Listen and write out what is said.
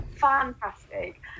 Fantastic